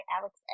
Alex